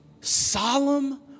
solemn